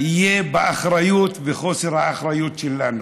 יהיה באחריות וחוסר האחריות שלנו.